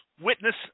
witness